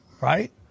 Right